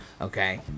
okay